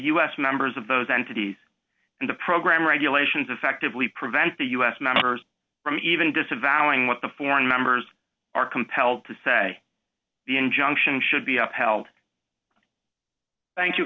us members of those entities in the program regulations effectively prevent the us members from even disavowing what the foreign members are compelled to say the injunction should be upheld thank you